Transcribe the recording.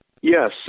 yes